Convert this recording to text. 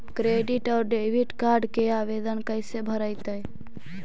Credit और debit card के आवेदन कैसे भरैतैय?